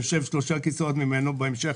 בהמשך,